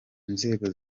inzego